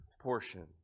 portion